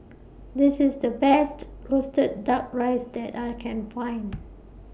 This IS The Best Roasted Duck Rice that I Can Find